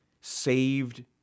saved